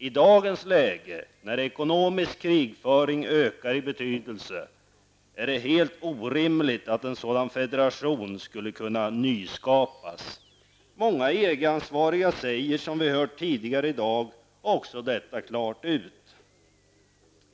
I dagens läge när ekonomisk krigföring ökar i betydelse är det helt orimligt att en sådan federation skulle kunna nyskapas. Många EG-ansvariga säger, som vi hört tidigare i dag, också det klart.